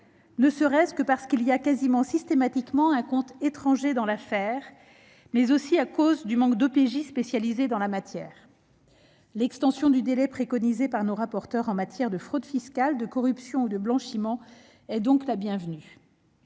ne serait-ce que parce qu'il y a quasiment systématiquement un compte étranger dans l'affaire, mais aussi à cause du manque d'officiers de police judiciaire spécialisés dans la matière. L'extension du délai préconisée par nos rapporteurs en matière de fraude fiscale, de corruption ou de blanchiment est donc la bienvenue.